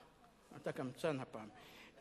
אתה קמצן הפעם.